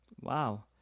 wow